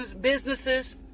businesses